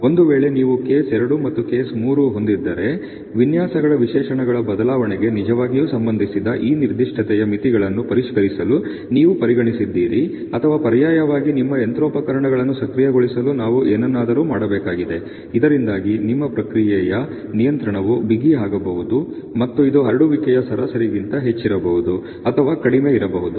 ಒಂದು ವೇಳೆ ನೀವು ಕೇಸ್ ಎರಡು ಮತ್ತು ಕೇಸ್ ಮೂರು ಹೊಂದಿದ್ದರೆ ವಿನ್ಯಾಸಗಳ ವಿಶೇಷಣಗಳ ಬದಲಾವಣೆಗೆ ನಿಜವಾಗಿಯೂ ಸಂಬಂಧಿಸಿದ ಈ ನಿರ್ದಿಷ್ಟತೆಯ ಮಿತಿಗಳನ್ನು ಪರಿಷ್ಕರಿಸಲು ನೀವು ಪರಿಗಣಿಸಿದ್ದೀರಿ ಅಥವಾ ಪರ್ಯಾಯವಾಗಿ ನಿಮ್ಮ ಯಂತ್ರೋಪಕರಣಗಳನ್ನು ಸಕ್ರಿಯಗೊಳಿಸಲು ನಾವು ಏನನ್ನಾದರೂ ಮಾಡಬೇಕಾಗಿದೆ ಇದರಿಂದಾಗಿ ನಿಮ್ಮ ಪ್ರಕ್ರಿಯೆಯ ನಿಯಂತ್ರಣವು ಬಿಗಿ ಆಗಬಹುದು ಮತ್ತು ಇದು ಹರಡುವಿಕೆಯ ಸರಾಸರಿಗಿಂತ ಹೆಚ್ಚಿರಬಹುದು ಅಥವಾ ಕಡಿಮೆ ಇರಬಹುದು